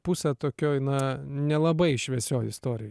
pusę tokioj na nelabai šviesioj istorijoj